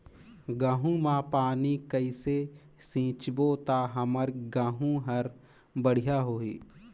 गहूं म पानी कइसे सिंचबो ता हमर गहूं हर बढ़िया होही?